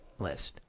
list